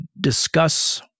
discuss